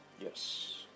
Yes